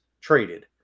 traded